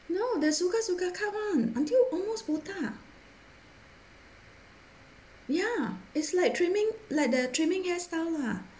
no they suka-suka cut [one] until almost botak ya is like trimming like the trimming hairstyle lah